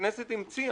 הכנסת המציאה.